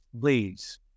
please